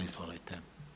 Izvolite.